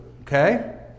okay